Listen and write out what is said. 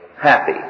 happy